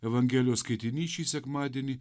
evangelijos skaitinys šį sekmadienį